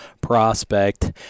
prospect